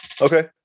Okay